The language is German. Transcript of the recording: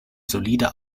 solide